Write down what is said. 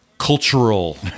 Cultural